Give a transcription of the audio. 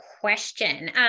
question